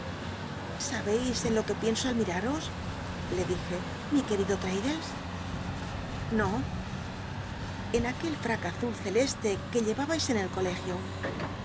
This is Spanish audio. sabeis en lo que pienso al miraros le dije mi querido l'raddlcs'l no en aquel ftae azu l celeste que llembnis en el colegio